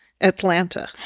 Atlanta